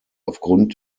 aufgrund